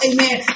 Amen